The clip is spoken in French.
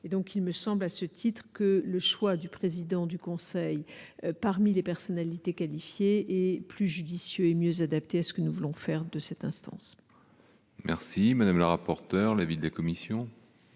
et donc il me semble, à ce titre que le choix du président du Conseil parmi les personnalités qualifiées et plus judicieux et mieux adaptée à ce que nous voulons faire de cette instance. Merci madame la rapporteure, la ville des commissions.